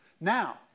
Now